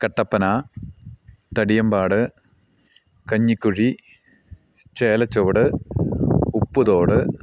Kattappana Thadiyampad Kanjikuzhi Chelachuvadu Upputhode